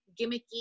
gimmicky